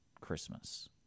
Christmas